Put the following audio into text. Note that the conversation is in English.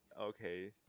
okay